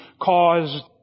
caused